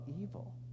evil